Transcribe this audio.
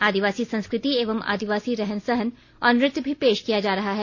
आदिवासी संस्कृति एवं आदिवासी रहन सहन और नृत्य भी पेश किया जा रहा है